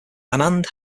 anand